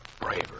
Braver